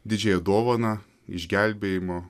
didžiąją dovaną išgelbėjimo